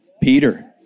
Peter